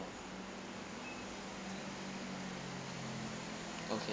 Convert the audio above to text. no okay